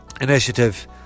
initiative